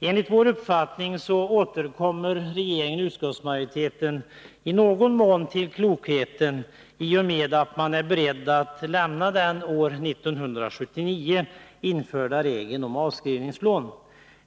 Enligt vår uppfattning återgår regeringen och utskottsmajoriteten i någon mån till klokheten i och med att man är beredd att lämna den år 1979 införda regeln om avskrivningslån.